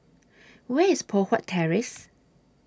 Where IS Poh Huat Terrace